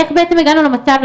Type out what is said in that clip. איך בעצם הגענו למצב,